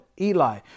Eli